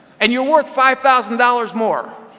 and you're worth five thousand dollars more.